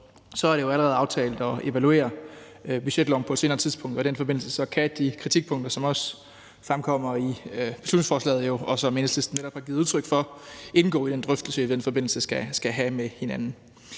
er det jo allerede aftalt at evaluere budgetloven på et senere tidspunkt. I den forbindelse kan de kritikpunkter, som også fremkommer i beslutningsforslaget, og som Enhedslisten netop har givet udtryk for, indgå i den drøftelse, vi i den forbindelse